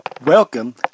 Welcome